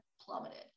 plummeted